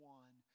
one